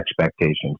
expectations